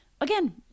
again